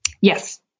Yes